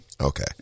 Okay